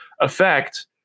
effect